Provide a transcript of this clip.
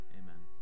amen